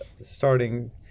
starting